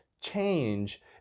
change